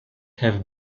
have